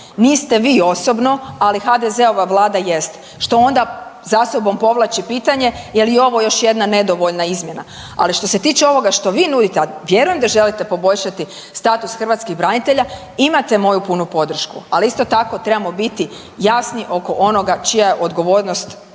Niste vi osobno, ali HDZ-ova Vlada jest što onda za sobom povlači pitanje je li ovo još jedna nedovoljna izmjena. Ali što se tiče ovoga što vi nudite, ali vjerujem da želite poboljšati status hrvatskih branitelja imate moju punu podršku. Ali isto tako trebamo biti jasni oko onoga čija je odgovornost